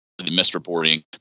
misreporting